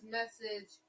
message